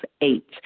Eight